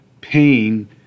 pain